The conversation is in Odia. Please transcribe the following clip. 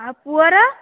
ଆଉ ପୁଅ ର